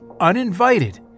uninvited